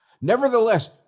Nevertheless